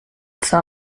zur